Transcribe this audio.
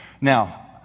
Now